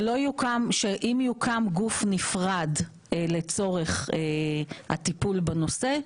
שאם יוקם גוף נפרד לצורך הטיפול בנושא,